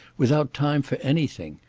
without time for anything.